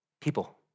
people